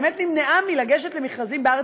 באמת נמנעה מלגשת למכרזים בארץ,